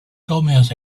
gomez